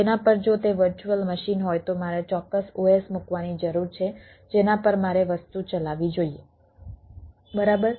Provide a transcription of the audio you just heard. તેના પર જો તે વર્ચ્યુઅલ મશીન હોય તો મારે ચોક્કસ OS મૂકવાની જરૂર છે જેના પર મારે વસ્તુ ચલાવવી જોઈએ બરાબર